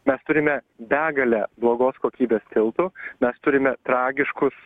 mes turime begalę blogos kokybės tiltų mes turime tragiškus